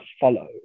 follow